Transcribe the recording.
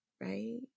right